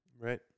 Right